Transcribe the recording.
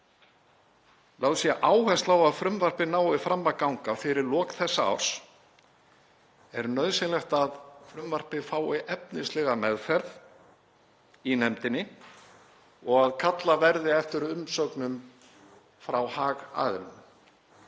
lögð sé áhersla á að frumvarpið nái fram að ganga fyrir lok þessa árs er nauðsynlegt að frumvarpið fái efnislega meðferð í nefndinni og að kallað verði eftir umsögnum frá hagaðilum.